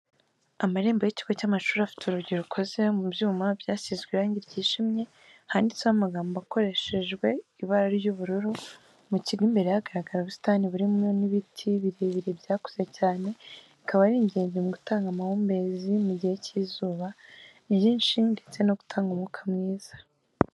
Amarembo y'ikigo cy'amashuri afite urugi rukoze mu byuma byasizwe irangi ryijimye, handitseho amagambo akoreshejwe ibara ry'ubururu, mu kigo imbere hagaragara ubusitani burimo n'ibiti birebire byakuze cyane bikaba ari ingenzi mu gutanga amahumbezi mu gihe cy'izuba ryinshi ndetse no gutanga umwuka mwiza.